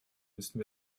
müssen